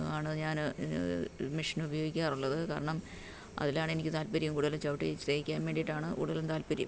ആണ് ഞാൻ മെഷിനുപയോഗിക്കാറുള്ളത് കാരണം അതിലാണ് എനിക്ക് താല്പര്യം കൂടുതൽ ചവിട്ടി വച്ച് തയ്ക്കാൻ വേണ്ടീട്ടാണ് കൂടുതലും താല്പര്യം